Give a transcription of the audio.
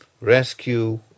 Rescue